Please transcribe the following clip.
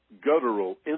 guttural